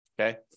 okay